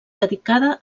dedicada